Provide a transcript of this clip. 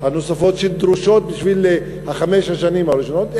שדרושות בשביל חמש השנים הראשונות.